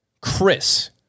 Chris